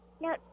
No